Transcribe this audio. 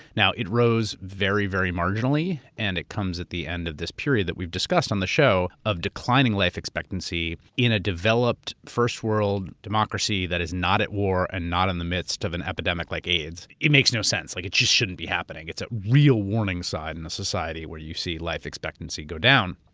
it rose very, very marginally and it comes at the end of this period that we've discussed on the show of declining life expectancy in a developed, first world democracy that is not at war and not in the midst of an epidemic like aids. it makes no sense. like it just shouldn't be happening. it's a real warning sign in a society where you see life expectancy go down.